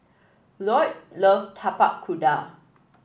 Lloyd love Tapak Kuda